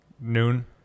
noon